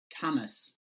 thomas